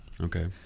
Okay